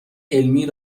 علمی